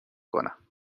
کنم